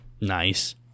Nice